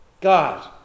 God